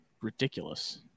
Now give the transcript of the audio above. ridiculous